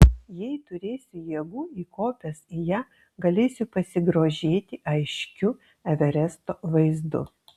jei turėsiu jėgų įkopęs į ją galėsiu pasigrožėti aiškiu everesto vaizdu